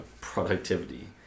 productivity